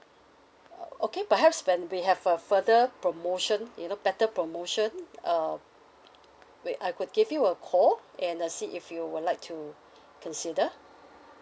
oh okay perhaps we have a further promotion you know better promotion uh we I could give you a call and uh see if you would like to consider